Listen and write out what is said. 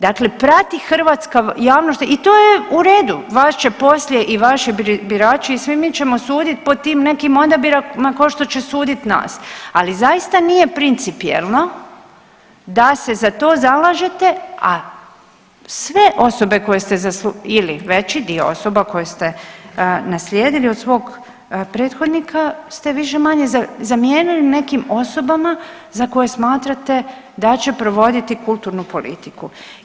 Dakle, prati hrvatska javnost i to je u redu, vas će poslije i vaši birači i svi mi ćemo sudit po tim nekim odabirima ko što će sudit nas, ali zaista nije principijelno da se za to zalažete, a sve osobe koje ste ili veći dio osoba koje ste naslijedili od svog prethodnika ste više-manje zamijenili nekim osobama za koje smatrate da će provoditi kulturnu politiku.